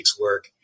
work